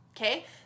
okay